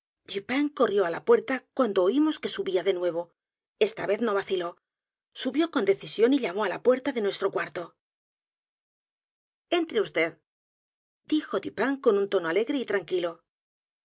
corrió á la puerta cuando oimos que subía de nuevo esta vez no vaciló subió con decisión y llamó á la puerta de nuestro cuarto entre vd dijo dupin con un tono alegre y tranquilo